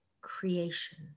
creation